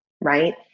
right